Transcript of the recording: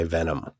Venom